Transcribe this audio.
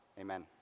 Amen